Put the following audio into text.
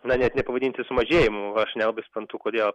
na net nepavadinsi sumažėjimu aš nelabai suprantu kodėl